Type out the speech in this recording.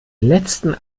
letzen